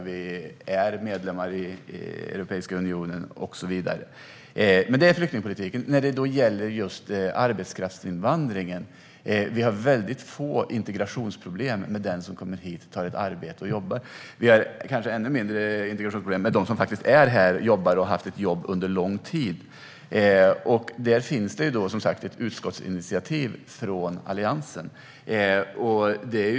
Vi är medlemmar i Europeiska unionen och så vidare. När det gäller arbetskraftsinvandringen har vi få integrationsproblem med dem som kommer hit och jobbar. Vi har ännu mindre integrationsproblem med dem som faktiskt är här och jobbar och har haft ett jobb under lång tid. Det finns som sagt ett utskottsinitiativ från Alliansen när det gäller det här.